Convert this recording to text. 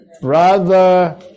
Brother